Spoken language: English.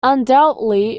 undoubtedly